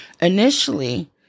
initially